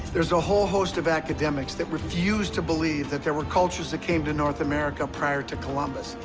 there's a whole host of academics that refuse to believe that there were cultures that came to north america prior to columbus,